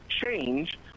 change